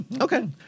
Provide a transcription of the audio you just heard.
Okay